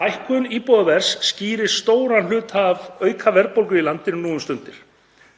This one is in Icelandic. Hækkun íbúðaverðs skýrir stóran hluta af aukaverðbólgu í landinu nú um stundir.